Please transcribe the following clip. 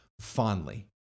fondly